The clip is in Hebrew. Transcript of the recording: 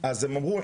אז הם אמרו,